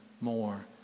more